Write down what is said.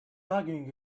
arguing